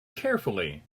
carefully